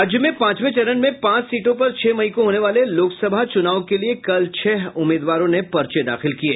राज्य में पांचवें चरण में पांच सीटों पर छह मई को होने वाले लोकसभा चुनाव के लिए कल छह उम्मीदवारों ने पर्चे दाखिल किये